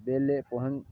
ବେଳେ